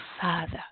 father